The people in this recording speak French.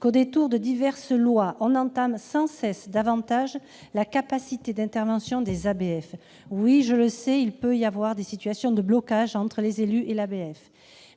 que, au détour de diverses lois, on entame sans cesse davantage la capacité d'intervention des ABF. Je le sais, il peut y avoir des situations de blocage entre les élus et les ABF,